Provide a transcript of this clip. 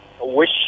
wish